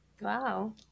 wow